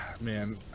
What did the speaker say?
man